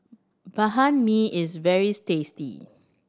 Banh Mi is very tasty